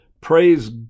Praise